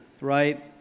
right